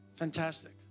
Fantastic